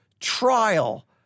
trial